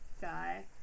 guy